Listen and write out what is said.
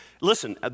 Listen